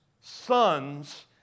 sons